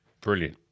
Brilliant